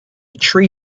tree